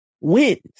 wins